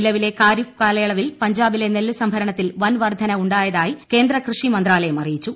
നിലവിലെ ഖാരിഫ് കാലയളവിൽ പഞ്ചാബിലെ നെല്ല് സംഭർണത്തിൽ വൻ വർധന ഉണ്ടായതായി കേന്ദ്ര കൃഷി മന്ത്രാലയം അറിയിച്ചു